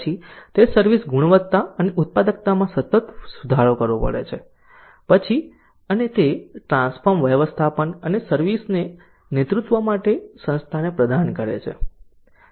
પછી તે સર્વિસ ગુણવત્તા અને ઉત્પાદકતામાં સતત સુધારો પૂરો પાડે છે અને તે ટ્રાન્સફોર્મ વ્યવસ્થાપન અને સર્વિસ નેતૃત્વ માટે સંસ્થાને પ્રદાન કરે છે